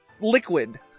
liquid